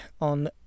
on